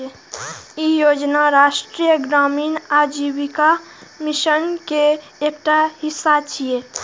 ई योजना राष्ट्रीय ग्रामीण आजीविका मिशन के एकटा हिस्सा छियै